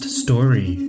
story